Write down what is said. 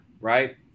right